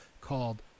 called